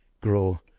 grow